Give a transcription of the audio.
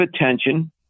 attention